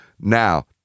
Now